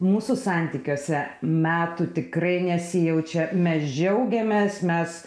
mūsų santykiuose metų tikrai nesijaučia mes džiaugiamės mes